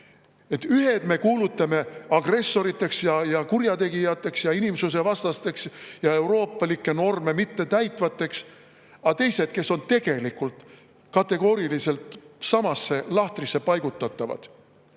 Ühed me kuulutame agressoriteks, kurjategijateks, inimsusevastasteks ja euroopalikke norme mittetäitvateks, aga teised, kes on tegelikult samasse lahtrisse paigutatavad,